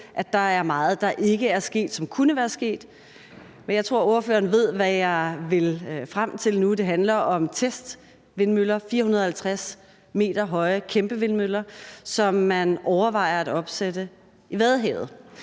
at der er meget, der ikke er sket, som kunne være sket. Men jeg tror, ordføreren ved, hvad jeg vil frem til nu: Det handler om testvindmøller – 450 m høje kæmpevindmøller, som man overvejer at opsætte i Vadehavet.